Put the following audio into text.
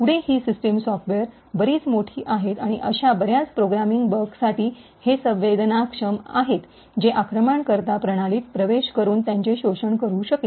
पुढे ही system software बरीच मोठी आहेत आणि अशा बर्याच प्रोग्रामिंग बगसाठी हे संवेदनाक्षम आहेत जे आक्रमणकर्ता प्रणालीत प्रवेश करून त्याचे शोषण करू शकेल